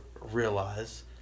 realize